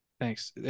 Thanks